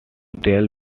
tell